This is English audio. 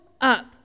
up